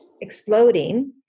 exploding